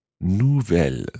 Nouvelle